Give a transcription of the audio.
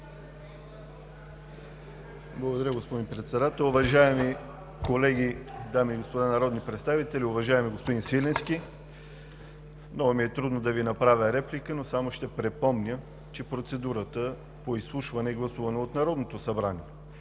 Благодаря, господин Председател. Уважаеми колеги, дами и господа народни представители! Уважаеми господин Свиленски, много ми е трудно да Ви направя реплика, но само ще припомня, че процедурата по изслушване е гласувана от Народното събрание.